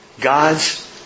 God's